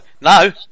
No